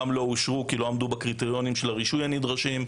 גם לא אושרו כי לא עמדו בקריטריונים הנדרשים של הרישוי,